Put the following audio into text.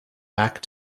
back